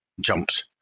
jumps